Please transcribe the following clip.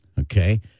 okay